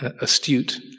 astute